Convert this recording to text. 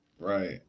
Right